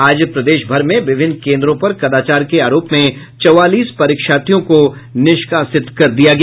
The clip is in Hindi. आज प्रदेश भर में विभिन्न केन्द्रों पर कदाचार के आरोप में चौवालीस परीक्षार्थियों को निष्कासित कर दिया गया